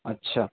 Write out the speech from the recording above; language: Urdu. اچھا